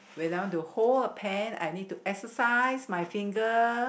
when I want to hold a pen I need to exercise my finger